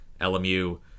LMU